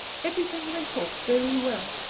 everything went off very well,